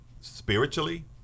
spiritually